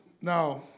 Now